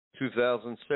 2006